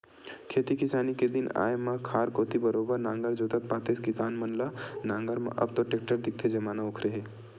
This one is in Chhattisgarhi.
खेती किसानी के दिन आय म खार कोती बरोबर नांगर जोतत पातेस किसान मन ल नांगर म अब तो टेक्टर दिखथे जमाना ओखरे हे